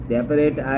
Separate